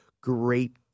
great